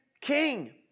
king